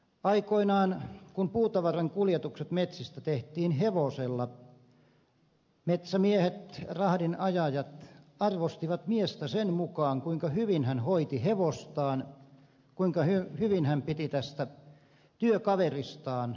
aikoinaan kun puutavaran kuljetukset metsistä tehtiin hevosella metsämiehet rahdinajajat arvostivat miestä sen mukaan kuinka hyvin hän hoiti hevostaan kuinka hyvin hän piti tästä työkaveristaan hevosesta huolta